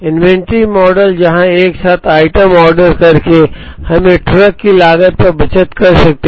inventory model जहां एक साथ आइटम ऑर्डर करके हम ट्रक की लागत पर बचत कर सकते हैं